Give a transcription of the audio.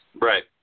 Right